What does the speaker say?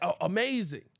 Amazing